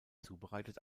zubereitet